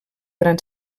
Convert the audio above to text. gran